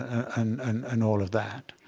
and and and all of that.